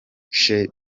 chez